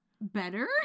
better